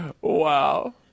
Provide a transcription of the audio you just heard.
Wow